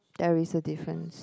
there's a difference